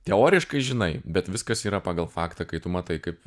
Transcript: teoriškai žinai bet viskas yra pagal faktą kai tu matai kaip